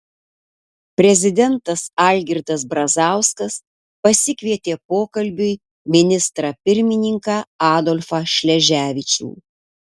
prezidentas algirdas brazauskas pasikvietė pokalbiui ministrą pirmininką adolfą šleževičių